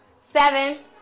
seven